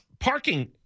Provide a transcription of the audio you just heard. Parking